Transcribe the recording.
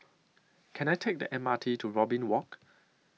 Can I Take The M R T to Robin Walk